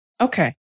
Okay